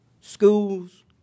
schools